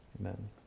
amen